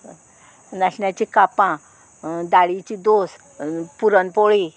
नाशण्याची कापां दाळीची दोस पुरणपोळी